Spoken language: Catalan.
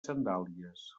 sandàlies